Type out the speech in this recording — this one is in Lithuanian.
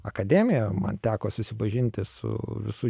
akademiją man teko susipažinti su visu